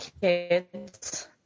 kids